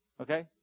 Okay